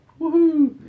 Woohoo